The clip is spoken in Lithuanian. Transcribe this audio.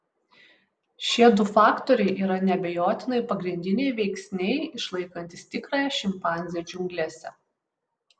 šie du faktoriai yra neabejotinai pagrindiniai veiksniai išlaikantys tikrąją šimpanzę džiunglėse